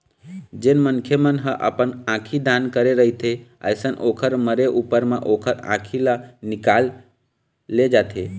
जेन मनखे मन ह अपन आंखी दान करे रहिथे अइसन ओखर मरे ऊपर म ओखर आँखी ल निकाल ले जाथे